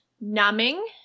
numbing